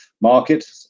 Market